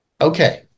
okay